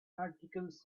articles